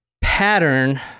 pattern